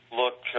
look